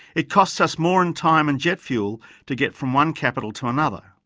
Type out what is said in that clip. it costs us more in time and jet fuel to get from one capital to another.